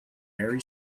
very